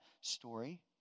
story